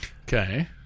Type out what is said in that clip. Okay